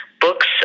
books